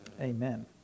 Amen